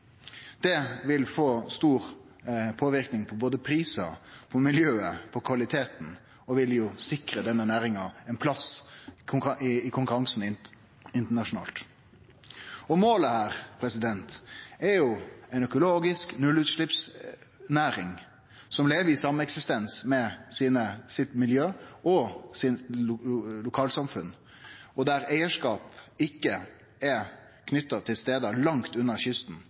Det vil få stor påverknad både på prisar, på miljøet og på kvaliteten og vil sikre denne næringa ein plass i konkurransen internasjonalt. Målet er jo ei økologisk nullutsleppsnæring som lever i sameksistens med miljø og lokalsamfunn, og der eigarskap ikkje er knytt til stader langt unna kysten,